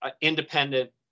independent